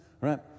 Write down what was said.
Right